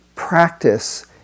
practice